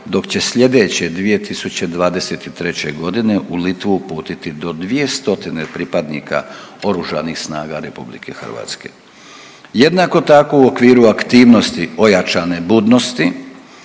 dok će slijedeće 2023. u Litvu uputiti do 200 pripadnika Oružanih snaga RH. Jednako tako u okviru aktivnosti ojačane budnosti